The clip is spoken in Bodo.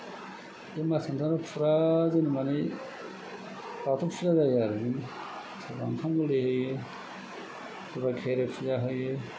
बे मास मोनथामा फुरा जोंनाव माने बाथौ फुजा जायो आरो सोरबा ओंखाम गोरलै होयो सोरबा खेराइ फुजा होयो